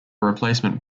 replacement